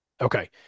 okay